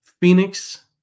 Phoenix